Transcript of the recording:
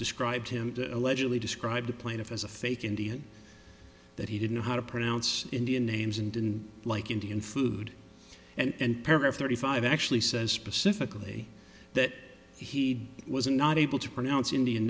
described him allegedly described the plaintiff as a fake indian that he didn't know how to pronounce indian names and didn't like indian food and paragraph thirty five actually says specifically that he was not able to pronounce indian